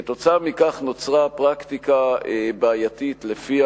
כתוצאה מכך נוצרה פרקטיקה בעייתית שלפיה